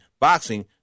boxing